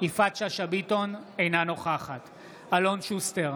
אינה נוכחת אלון שוסטר,